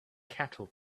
cattle